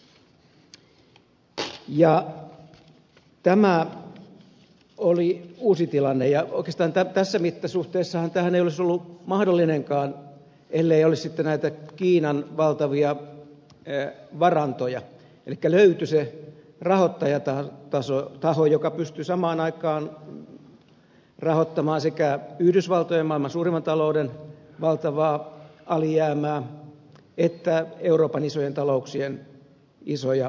tämä oli uusi tilanne ja oikeastaan tässä mittasuhteessahan tämä ei olisi ollut mahdollinenkaan ellei olisi sitten näitä kiinan valtavia varantoja elikkä löytyi se rahoittajataho joka pystyi samaan aikaan rahoittamaan sekä yhdysvaltojen maailman suurimman talouden valtavaa alijäämää että euroopan isojen talouksien isoja alijäämiä